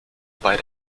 bei